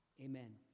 Amen